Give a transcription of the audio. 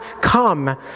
come